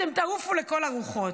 אתם תעופו לכל הרוחות".